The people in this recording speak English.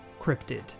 cryptid